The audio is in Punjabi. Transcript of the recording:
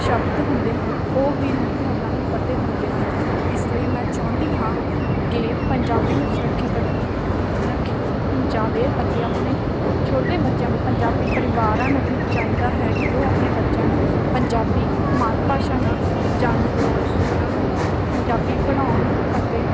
ਸ਼ਬਦ ਹੁੰਦੇ ਹਨ ਉਹ ਵੀ ਨਹੀਂ ਉਹਨਾਂ ਨੂੰ ਪਤਾ ਹੁੰਦੇ ਹਨ ਇਸ ਲਈ ਮੈਂ ਚਾਹੁੰਦੀ ਹਾਂ ਕਿ ਪੰਜਾਬੀ ਨੂੰ ਸੁਰੱਖਿਅਤ ਰੱਖਣਾ ਰੱਖਿਆ ਜਾਵੇ ਅਤੇ ਆਪਣੇ ਛੋਟੇ ਬੱਚਿਆਂ ਨੂੰ ਪੰਜਾਬੀ ਪਰਿਵਾਰਾਂ ਨੂੰ ਵੀ ਚਾਹੀਦਾ ਹੈ ਕਿ ਉਹ ਆਪਣੇ ਬੱਚਿਆਂ ਨੂੰ ਪੰਜਾਬੀ ਮਾਤ ਭਾਸਾ ਨਾਲ ਜਾਣੂ ਕਰਵਾਉਣ ਉਹਨਾਂ ਨੂੰ ਪੰਜਾਬੀ ਪੜ੍ਹਾਉਣ ਅਤੇ